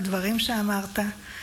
הדברים שאמרת.